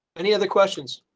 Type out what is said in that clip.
any other questions.